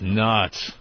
nuts